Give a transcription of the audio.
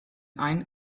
ein